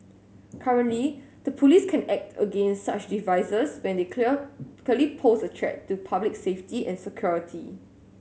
currently the police can act against such devices when they clear clearly pose a threat to public safety and security